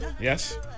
yes